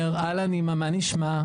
אומר: אהלן אימא, מה נשמע?